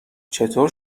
چطور